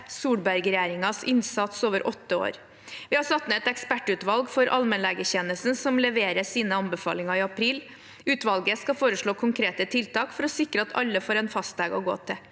Solberg-regjeringens innsats over åtte år. Vi har satt ned et ekspertutvalg for allmennlegetjenesten, som leverer sine anbefalinger i april. Utvalget skal foreslå konkrete tiltak for å sikre at alle får en fastlege å gå til.